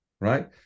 right